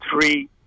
three